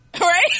right